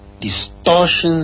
distortions